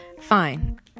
fine